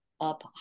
up